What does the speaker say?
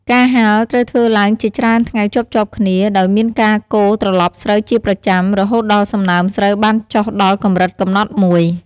ការហាលត្រូវធ្វើឡើងជាច្រើនថ្ងៃជាប់ៗគ្នា ដោយមានការកូរត្រឡប់ស្រូវជាប្រចាំ រហូតដល់សំណើមស្រូវបានចុះដល់កម្រិតកំណត់មួយ ។